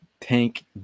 Tank